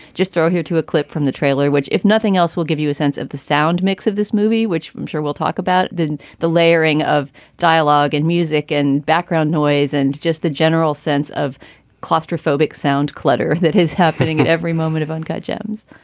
just throw him to a clip from the trailer, which, if nothing else, will give you a sense of the sound mix of this movie, which i'm sure we'll talk about the the layering of dialogue and music and background noise and just the general sense of claustrophobic sound clutter that is happening at every moment of uncut gems